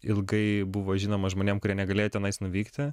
ilgai buvo žinoma žmonėm kurie negalėjo tenais nuvykti